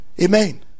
Amen